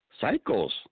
cycles